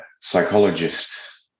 psychologist